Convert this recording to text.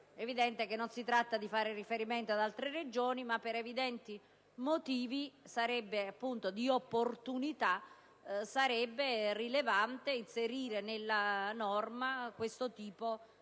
infatti, che non si tratta di fare riferimento ad altre Regioni, ma per evidenti motivi di opportunità sarebbe rilevante inserire nella norma questo tipo di definizione.